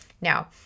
Now